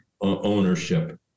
ownership